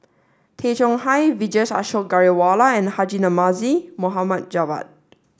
Tay Chong Hai Vijesh Ashok Ghariwala and Haji Namazie Mohd Javad